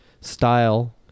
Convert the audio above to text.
style